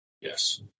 Yes